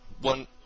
one